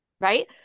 Right